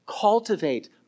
Cultivate